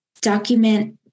document